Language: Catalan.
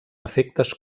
efectes